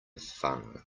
fun